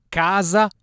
casa